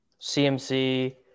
cmc